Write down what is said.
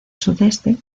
sudeste